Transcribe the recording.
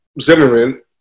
Zimmerman